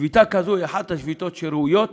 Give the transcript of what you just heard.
שביתה כזאת היא אחת השביתות הראויות,